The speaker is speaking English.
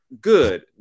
good